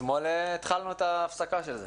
אתמול התחלנו את ההפסקה של זה